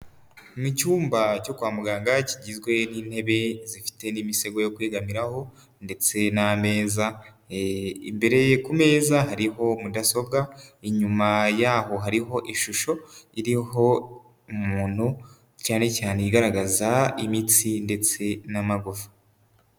Mu cyumba cyo kwa muganga, kigizwe n'intebe zifite n'imisego yo kwigamiraho ndetse n'ameza, imbere ku meza hariho mudasobwa, inyuma yaho hariho ishusho iriho umuntu, cyane cyane igaragaza imitsi ndetse n'amagufa.